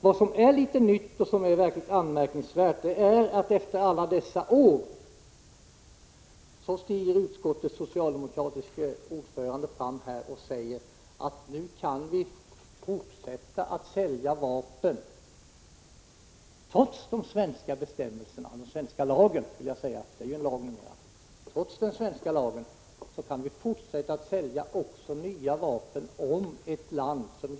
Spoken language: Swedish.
Vad som är litet nytt och dessutom anmärkningsvärt är att, efter alla dessa år, utskottets socialdemokratiske ordförande stiger fram här och säger att vi kan fortsätta att sälja nya vapen trots de svenska lagbestämmelserna — det är ju en lag numera — om ett land som Indonesien har köpt ett system som det måste använda.